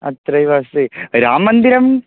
अत्रैव अस्ति राममन्दिरम्